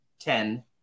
Ten